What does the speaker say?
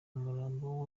umurambo